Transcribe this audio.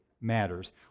matters